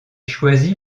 choisi